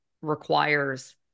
requires